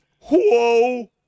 Whoa